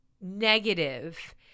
negative